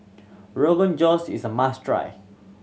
Rogan Josh is a must try